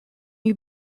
you